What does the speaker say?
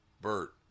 Bert